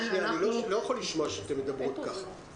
אנחנו מאוד שמחים לבשר שקיבלנו אישור יחד עם כל המערכת לקיים בחינות.